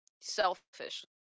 selfish